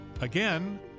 Again